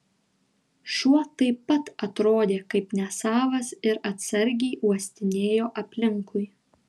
šuo taip pat atrodė kaip nesavas ir atsargiai uostinėjo aplinkui